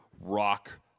rock